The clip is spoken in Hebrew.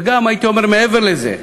וגם הייתי אומר מעבר לזה,